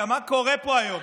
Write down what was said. מה קורה פה היום?